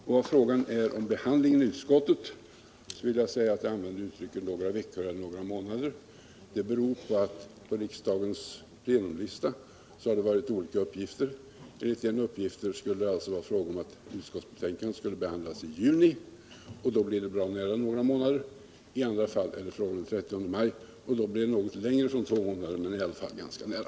Och i fråga om behandlingen i utskottet vill jag säga: Att jag använde uttrycket några veckor eller någon månad beror på att det funnits olika uppgifter. Enligt en uppgift skulle det vara fråga om att utskottsbetänkandet skulle behandlas i juni, och då blir det bra nära några månader. Enligt en annan uppgift var det fråga om den 30 maj, och då blir det något mindre än två månader, men i varje fall ganska nära.